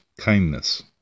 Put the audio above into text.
kindness